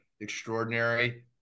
extraordinary